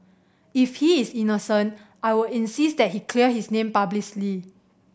if he is innocent I will insist that he clear his name publicly